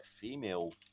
female